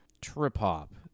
Trip-hop